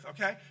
okay